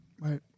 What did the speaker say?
Right